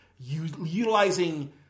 Utilizing